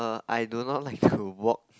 I do not like to walk